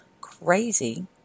crazy